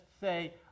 say